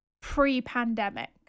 pre-pandemic